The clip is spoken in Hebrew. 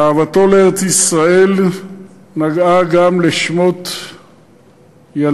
אהבתו לארץ-ישראל נגעה גם לשמות שקראו יעל